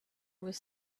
was